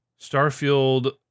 Starfield